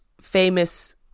famous